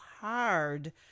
hard